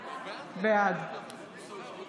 בעד סגנית